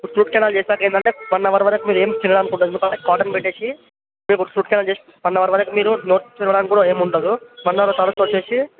route canal చేసినాక ఏంటంటే one hour వరకు మీరు ఏం తినడానికి ఉండదు ఎందుకంటే కాటన్ పెట్టేసి ఇప్పుడు రూట్ కెనాల్ చేసి వన్ అవర్ వరకు మీరు నోరు తెరవడానికి కూడా ఏం కూడా ఉండదు వన్ అవర్ వరకు తరువాత వచ్చేసి